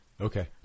Okay